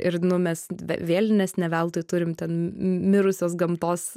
ir nu mes vėlinės ne veltui turime ten mirusios gamtos